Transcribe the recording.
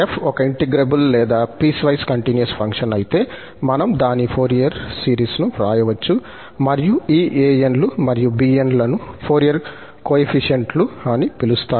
F ఒక integrable లేదా piecewise continuous function అయితే మనం దాని ఫోరియర్ సిరీస్ను వ్రాయవచ్చు మరియు ఈ an లు మరియు bn లను ఫోరియర్ కోయెఫిషియంట్ లు అని పిలుస్తారు